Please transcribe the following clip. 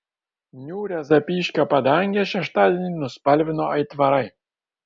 niūrią zapyškio padangę šeštadienį nuspalvino aitvarai